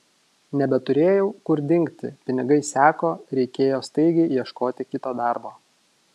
nebeturėjau kur dingti pinigai seko reikėjo staigiai ieškoti kito darbo